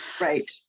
Right